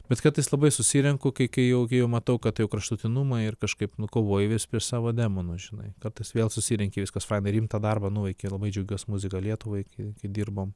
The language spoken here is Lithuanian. bet kartais labai susirenku kai kai jau matau kad tai jau kraštutinumai ir kažkaip nu kovoju vis prieš savo demonus žinai kartais vėl susirenki viskas faina rimtą darbą nuveikei labai džiaugiuos muzika lietuvai kai dirbom